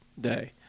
day